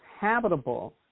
habitable